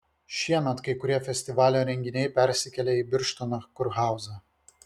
šiemet kai kurie festivalio renginiai persikėlė į birštono kurhauzą